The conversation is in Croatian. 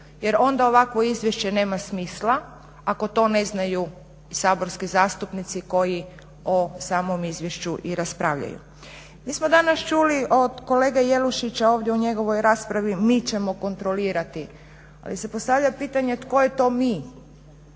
jer onda ovakvo izvješće nema smisla ako to ne znaju saborski zastupnici koji o samom izvješću i raspravljaju. Mi smo danas čuli od kolege Jelušića ovdje u njegovoj raspravi mi ćemo kontrolirati. Pa se postavlja pitanje tko je to mi?